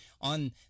On